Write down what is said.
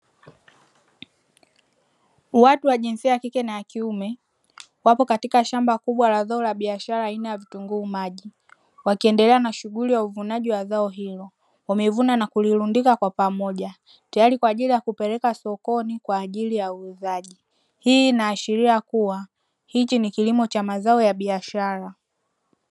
Watu wa jinsia ya kike na ya kiume wapo katika shamba kubwa ya zao la biashara aina ya vitunguu maji, wakiendelea na shughuli ya uvunaji wa zao hilo. Wamevuna na kulilundika kwa pamoja tayari kwa kupelekwa sokoni kwa ajili ya uuzaji. Hii inaashiria kuwa hichi ni kilimo cha mazao ya biashara.